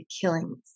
killings